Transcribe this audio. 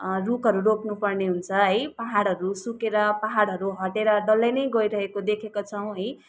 रुखहरू रोप्नु पर्ने हुन्छ है पाहाडहरू सुकेर पाहाडहरू हटेर डल्लै नै गइरहेको देखेका छौँ है